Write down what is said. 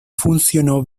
funcionó